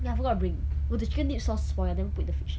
ya I forgot bring will the chicken dip sauce spoil ah never put in the fridge